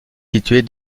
située